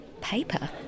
Paper